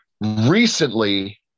Recently